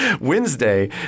Wednesday